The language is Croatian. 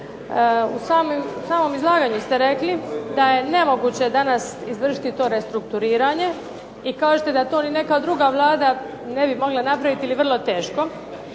U samom izlaganju ste rekli da je nemoguće danas izvršiti to restrukturiranje i kažete da to ni neka druga Vlada ne bi mogla napraviti ili vrlo teško.